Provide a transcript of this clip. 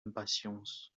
impatience